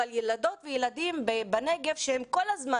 אבל ילדות וילדים בנגב שהם כל הזמן